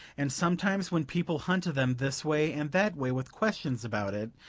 and sometimes when people hunted them this way and that way with questions about it,